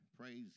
Praise